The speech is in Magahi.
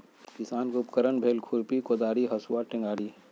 किसान के उपकरण भेल खुरपि कोदारी हसुआ टेंग़ारि